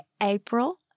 April